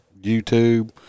YouTube